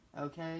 Okay